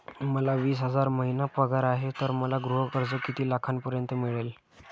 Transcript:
मला वीस हजार महिना पगार आहे तर मला गृह कर्ज किती लाखांपर्यंत मिळेल?